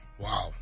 Wow